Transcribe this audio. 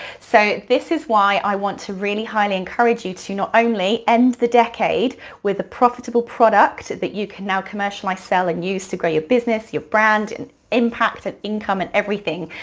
so this is why i want to really highly encourage you to not only end the decade with a profitable product that you can now commercialize, sell, and use to grow your business, your brand, and impact and income and everything,